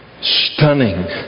stunning